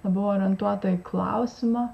buvo orientuota į klausimą